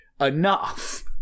enough